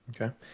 Okay